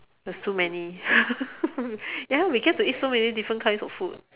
there's too many ya we get to eat so many different kinds of food